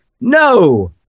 no